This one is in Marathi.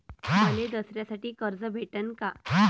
मले दसऱ्यासाठी कर्ज भेटन का?